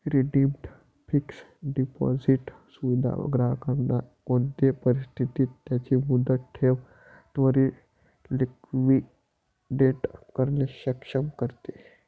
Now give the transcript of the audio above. redeemed fixed deposit सुविधा ग्राहकांना कोणते परिस्थितीत त्यांची मुदत ठेव त्वरीत लिक्विडेट करणे सक्षम करते